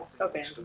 Okay